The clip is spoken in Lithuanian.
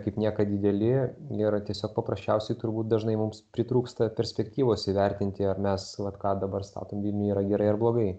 kaip niekad dideli ir tiesiog paprasčiausiai turbūt dažnai mums pritrūksta perspektyvos įvertinti ar mes vat ką dabar statom vilniuj yra gerai ar blogai